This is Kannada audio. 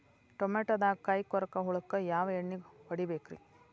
ಟಮಾಟೊದಾಗ ಕಾಯಿಕೊರಕ ಹುಳಕ್ಕ ಯಾವ ಎಣ್ಣಿ ಹೊಡಿಬೇಕ್ರೇ?